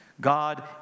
God